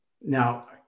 Now